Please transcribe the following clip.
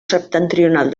septentrional